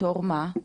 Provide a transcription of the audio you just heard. בתור מה?